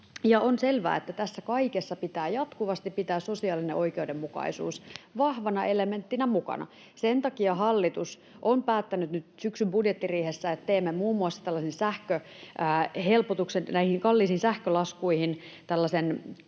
On selvää, että tässä kaikessa pitää jatkuvasti pitää sosiaalinen oikeudenmukaisuus vahvana elementtinä mukana. Sen takia hallitus on päättänyt nyt syksyn budjettiriihessä, että teemme muun muassa näihin kalliisiin sähkölaskuihin tällaisen